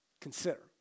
consider